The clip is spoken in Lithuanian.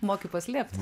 moki paslėpt